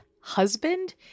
husband